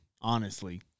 honestly-